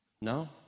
No